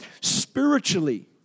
Spiritually